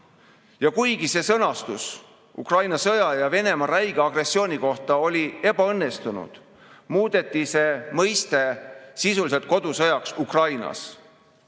Kuigi see sõnastus Ukraina sõja ja Venemaa räige agressiooni kohta oli ebaõnnestunud, muudeti see mõiste sisuliselt kodusõjaks Ukrainas.